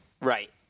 Right